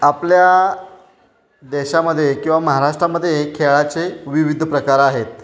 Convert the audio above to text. आपल्या देशामध्ये किंवा महाराष्ट्रामध्ये हे खेळाचे विविध प्रकार आहेत